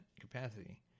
capacity